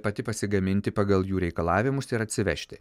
pati pasigaminti pagal jų reikalavimus ir atsivežti